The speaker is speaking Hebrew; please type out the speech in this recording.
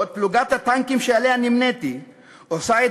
בעוד פלוגת הטנקים שעמה נמניתי עשתה את